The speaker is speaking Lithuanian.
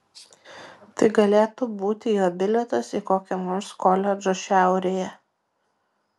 tai galėtų būti jo bilietas į kokį nors koledžą šiaurėje